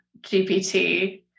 GPT